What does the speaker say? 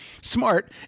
Smart